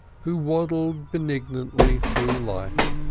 who waddled benignantly through life,